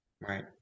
right